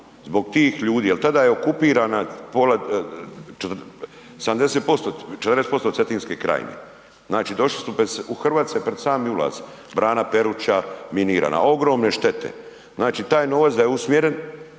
zbog tih ljudi jel tada je okupirana 40% Cetinske krajine, znači došli su bez u Hrvace pred sami ulaz, brana Peruča minirana, ogromne štete, znači taj novac da je usmjeren